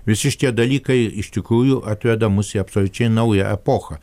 visi šie dalykai iš tikrųjų atveda mus į absoliučiai naują epochą